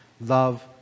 love